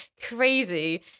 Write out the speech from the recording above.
Crazy